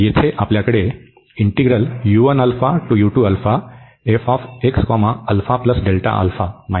तर येथे आपल्याकडे चा फरक आहे